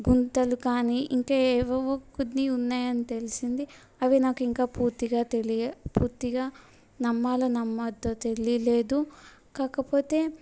గుంతలు కానీ ఇంకా ఏవేవో కొన్ని ఉన్నాయని తెలిసింది అవి నాకు ఇంకా పూర్తిగా తెలియదు పూర్తిగా నమ్మాలో నమ్మవద్దో తెలియలేదు కాకపోతే